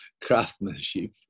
craftsmanship